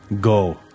Go